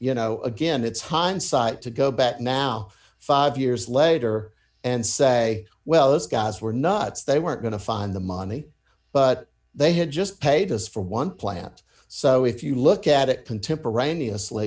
you know again it's hindsight to go back now five years later and say well those guys were nuts they weren't going to find the money but they had just paid us for one plant so if you look at it contemporaneously